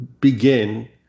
begin